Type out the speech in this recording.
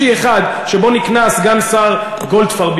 שבו נקנה סגן השר גולדפרב,